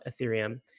Ethereum